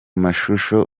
mashusho